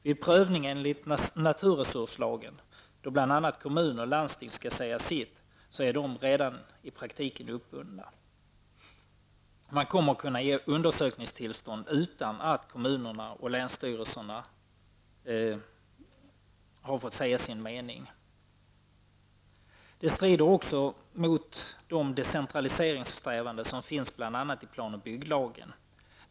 Vid prövningen enligt naturresurslagen, då bl.a. kommuner och landsting skall säga sitt, är de redan i praktiken uppbundna. Man kommer att kunna ge undersökningstillstånd utan att kommuner och länsstyrelser fått säga sin mening. Detta strider också mot de decentraliseringssträvanden som finns bl.a. i planoch bygglagen.